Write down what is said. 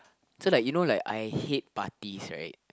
so like you know like I hate parties right